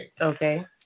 Okay